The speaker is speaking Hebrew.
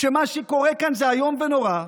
מה שקורה כאן זה איום ונורא.